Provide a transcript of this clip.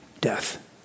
death